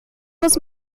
muss